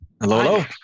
Hello